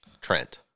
Trent